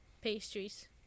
pastries